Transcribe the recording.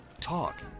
Talk